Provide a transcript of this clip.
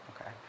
Okay